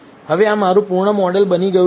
હવે આ મારું પૂર્ણ મોડેલ બની ગયું છે